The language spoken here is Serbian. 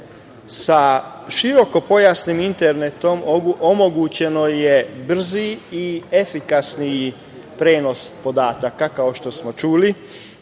širokopojasnim internetom omogućen je brzi i efikasniji prenos podataka. Kao što smo čuli,